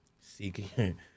seeking